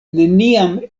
neniam